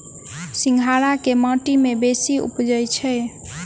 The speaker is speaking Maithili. सिंघाड़ा केँ माटि मे बेसी उबजई छै?